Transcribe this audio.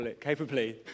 capably